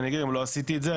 לא עשיתי את זה,